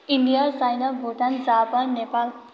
India China Bhutan Japan Nepal